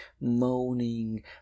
Moaning